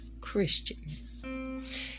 Christians